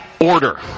order